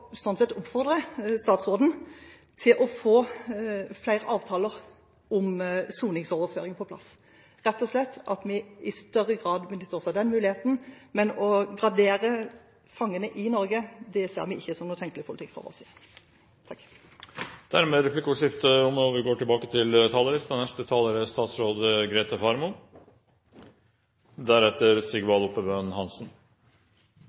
sånn sett gradere fangene. For oss er det litt feil fokus. For oss er et mye viktigere fokus å diskutere og oppfordre statsråden til å få flere avtaler om soningsoverføring på plass, og at vi rett og slett i større grad benytter oss av den muligheten. Men å gradere fangene i Norge ser vi fra vår side ikke som noen tenkelig politikk. Dermed er replikkordskiftet omme. Kjernen i regjeringens politiske prosjekt er